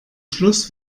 schluss